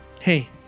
Hey